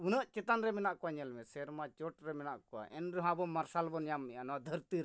ᱩᱱᱟᱹᱜ ᱪᱮᱛᱟᱱ ᱨᱮ ᱢᱮᱱᱟᱜ ᱠᱚᱣᱟ ᱧᱮᱞ ᱢᱮ ᱥᱮᱨᱢᱟ ᱪᱚᱴ ᱨᱮ ᱢᱮᱱᱟᱜ ᱠᱚᱣᱟ ᱮᱱᱨᱮᱦᱚᱸ ᱟᱵᱚ ᱢᱟᱨᱥᱟᱞ ᱵᱚᱱ ᱧᱟᱢ ᱢᱮᱭᱟ ᱱᱚᱣᱟ ᱫᱷᱟᱹᱨᱛᱤ ᱨᱮ